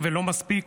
ולא מספיק,